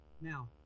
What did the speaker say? Now